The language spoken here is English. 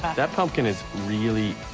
that pumpkin is really,